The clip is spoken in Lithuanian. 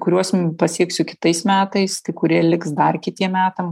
kuriuos pasieksiu kitais metais kurie liks dar kitiem metam